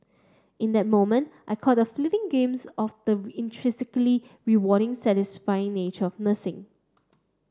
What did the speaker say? in that moment I caught a fleeting glimpse of the intrinsically rewarding satisfying nature of nursing